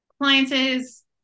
appliances